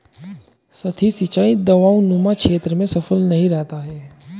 सतही सिंचाई ढवाऊनुमा क्षेत्र में सफल नहीं रहता है